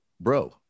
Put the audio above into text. bro